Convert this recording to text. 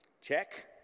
Check